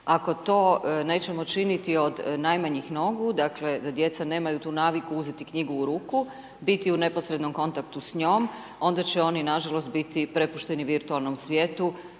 Ako to nećemo činiti od najmanjih nogu, dakle da djeca nemaju tu naviku uzeti knjigu u ruku, biti u neposrednoj kontaktu s njom, onda će oni nažalost biti prepušteni virtualnom svijetu,